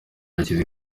akiri